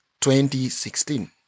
2016